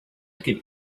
could